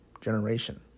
generation